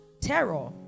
terror